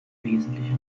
wesentliche